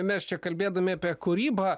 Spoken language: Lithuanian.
mes čia kalbėdami apie kūrybą